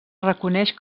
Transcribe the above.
reconeix